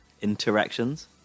interactions